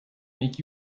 make